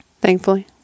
Thankfully